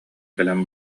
кэлэн